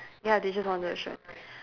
ya they just wanted the shirt